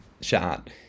shot